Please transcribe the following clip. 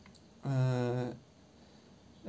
uh